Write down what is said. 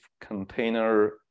container